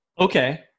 Okay